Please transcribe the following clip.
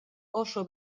oso